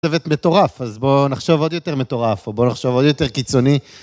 מטורף, אז בוא נחשוב עוד יותר מטורף, או בואו נחשוב עוד יותר קיצוני.